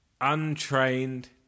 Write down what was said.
untrained